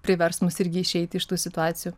privers mus irgi išeiti iš tų situacijų